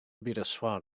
bireswar